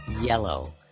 Yellow